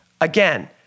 Again